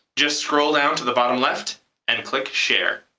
just scroll down to the bottom left and click share.